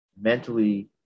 mentally